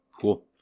Cool